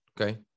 okay